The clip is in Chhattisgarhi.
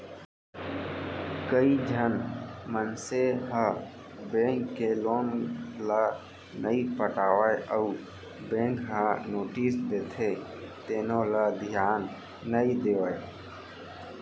कइझन मनसे ह बेंक के लोन ल नइ पटावय अउ बेंक ह नोटिस देथे तेनो ल धियान नइ देवय